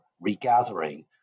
regathering